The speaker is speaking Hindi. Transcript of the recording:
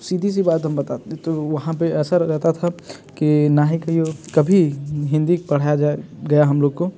सीधी सी बात हम बताते तो वहाँ पे ऐसा रहता था कि ना ही कभी हिंदी पढ़ाया जाए गया हम लोग को